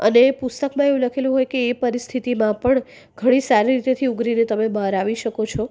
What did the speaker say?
અને એ પુસ્તકમાં એવું લખેલું હોય કે એ પરિસ્થિતિમાં પણ ઘણી સારી રીતેથી ઉભરીને તમે બહાર આવી શકો છો